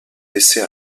laissée